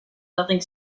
nothing